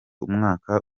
umwaka